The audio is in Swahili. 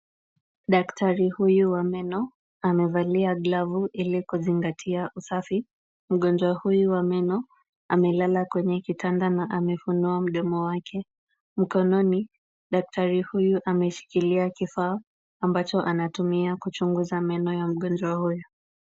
Daktari huyu wa meno amevalia glovu ili kuzingatia usafi. Mgonjwa huyu wa meno amelala kwenye kitanda na amefunua mdomo wake, mkononi daktari huyu ameshikilia kifaa ambacho anatumia kuchunguza meno ya mngonjwa huyu.